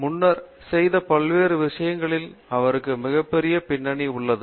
முன்னர் செய்த பல்வேறு விஷயங்களில் அவருக்கு மிகப்பெரிய பின்னணி உள்ளது